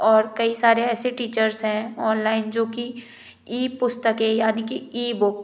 और कई सारे ऐसे टीचर्स हैं ऑनलाइन जो कि ई पुस्तकें यानि कि ई बुक